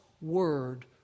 word